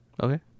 Okay